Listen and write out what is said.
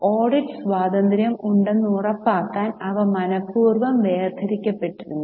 audit സ്വാതന്ത്ര്യം ഉണ്ടെന്ന് ഉറപ്പാക്കാൻ അവ മനപൂർവ്വം വേർതിരിക്കപ്പെട്ടിരുന്നു